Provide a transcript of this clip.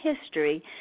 history